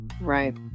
right